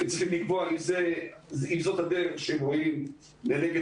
הם צריכים לקבוע אם זו הדרך שהם רואים לנגד